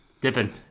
Dipping